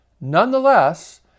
Nonetheless